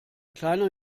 kleiner